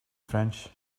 french